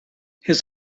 his